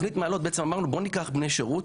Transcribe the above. תכנית מעלות, אמרנו בואו ניקח בני שירות